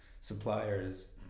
suppliers